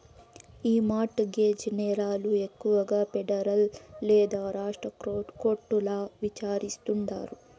ఈ mortgage నేరాలు ఎక్కువగా పెడరల్ లేదా రాష్ట్ర కోర్టుల్ల విచారిస్తాండారు